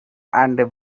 and